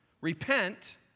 Repent